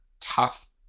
tough